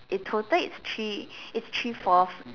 in total it's three it's three four